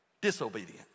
disobedience